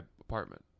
apartment